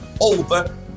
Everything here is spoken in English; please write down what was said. over